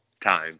time